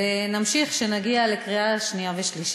ונמשיך, שנגיע לקריאה שנייה ושלישית.